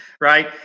right